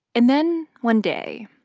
and then one day,